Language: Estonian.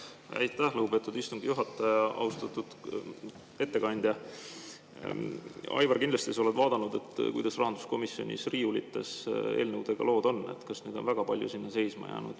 Aitäh, lugupeetud istungi juhataja! Austatud ettekandja! Aivar, kindlasti sa oled vaadanud, kuidas rahanduskomisjonis riiulites eelnõudega lood on. Kas neid on väga palju sinna seisma jäänud